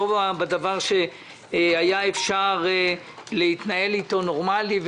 לא בדבר שהיה אפשר להתנהל איתו נורמלי.